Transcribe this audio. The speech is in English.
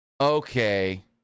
Okay